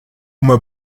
uma